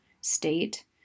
state